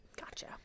Gotcha